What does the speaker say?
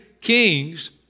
Kings